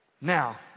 Now